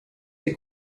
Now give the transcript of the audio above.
der